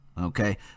okay